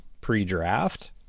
pre-draft